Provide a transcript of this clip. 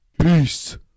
Peace